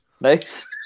Nice